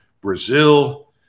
Brazil